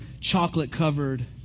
chocolate-covered